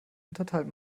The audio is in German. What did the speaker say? unterteilt